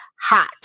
hot